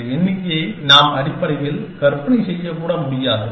அந்த எண்ணிக்கையை நாம் அடிப்படையில் கற்பனை செய்யக்கூட முடியாது